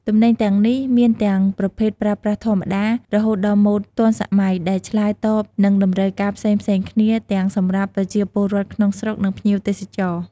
ទំនិញទាំងនេះមានទាំងប្រភេទប្រើប្រាស់ធម្មតា រហូតដល់ម៉ូដទាន់សម័យ ដែលឆ្លើយតបនឹងតម្រូវការផ្សេងៗគ្នា ទាំងសម្រាប់ប្រជាពលរដ្ឋក្នុងស្រុក និងភ្ញៀវទេសចរ។